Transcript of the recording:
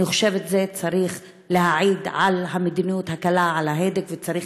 אני חושבת שזה צריך להעיד על המדיניות של היד הקלה על ההדק וצריך